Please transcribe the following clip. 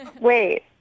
Wait